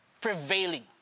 prevailing